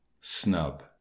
snub